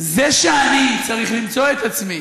זה שאני צריך למצוא את עצמי